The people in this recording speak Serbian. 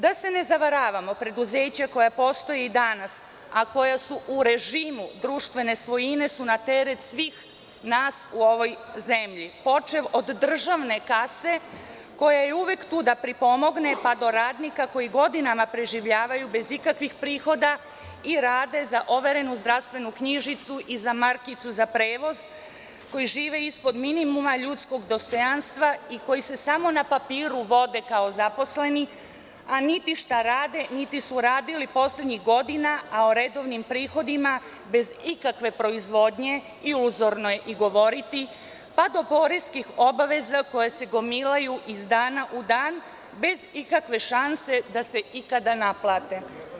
Da se ne zavaravamo, preduzeća koja postoje i danas, a koja su u režimu društvene svojine su na teret svih nas u ovoj zemlji, počev od državne kase, koja je uvek tu da pripomogne, pa do radnika koji godinama preživljavaju bez ikakvih prihoda i rade za overenu zdravstvenu knjižicu i za markicu za prevoz, koji žive ispod minimuma ljudskog dostojanstva i koji se samo na papiru vode kao zaposleni, a niti šta rade, niti su uradili poslednjih godina, a o redovnim prihodima, bez ikakve proizvodnje, iluzorno je govoriti, pa do poreskih obaveza koje se gomilaju iz dana u dna, bez ikakve šanse da se ikada naplate.